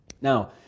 Now